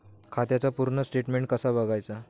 खात्याचा पूर्ण स्टेटमेट कसा बगायचा?